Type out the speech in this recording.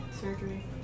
surgery